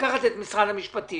לקחת את משרד המשפטים,